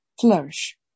flourish